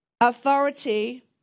authority